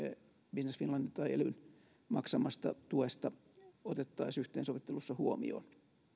business finlandin tai elyn maksamasta tuesta otettaisiin yhteensovittelussa huomioon